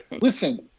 Listen